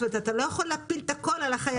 זאת אומרת, אתה לא יכול להפיל את הכל על החיילים.